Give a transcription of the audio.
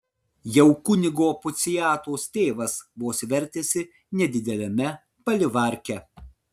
jau kunigo puciatos tėvas vos vertėsi nedideliame palivarke